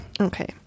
Okay